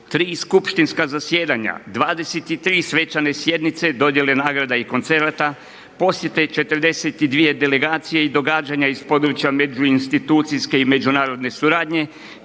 3 skupštinske zasjedanja, 23 svečane sjednice, dodjele nagrada i koncerata, posjete 42 delegacije i događanja iz područja međuinstitucijske i međunarodne suradnje,